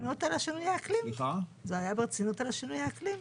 זה היה ברצינות על שינוי האקלים?